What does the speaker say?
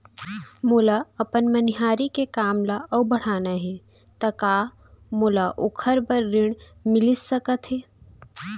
मोला अपन मनिहारी के काम ला अऊ बढ़ाना हे त का मोला ओखर बर ऋण मिलिस सकत हे?